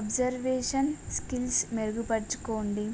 observation skills మెరుగుపరుచుకోండి